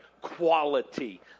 quality